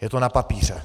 Je to na papíře.